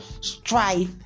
strife